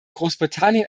großbritannien